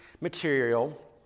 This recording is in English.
material